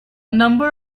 number